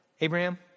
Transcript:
Abraham